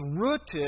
rooted